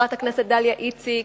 חברת הכנסת דליה איציק,